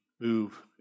move